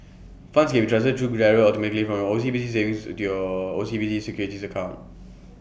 funds can be transferred through GIRO automatically from your O C B C savings still O C B C securities account